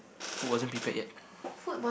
food wasn't prepared yet